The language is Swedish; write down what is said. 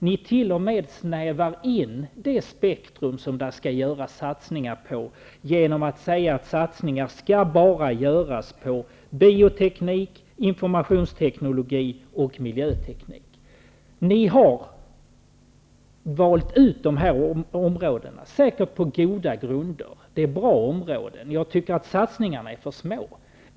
Ni t.o.m. snävar in det spektrum som det skall göras satsningar på genom att säga att satsningar bara skall göras på bioteknik, informationsteknologi och miljötenik. Ni har valt ut de här områdena -- säkert på goda grunder. Det är bra områden, men jag tycker att satsningarna är för små.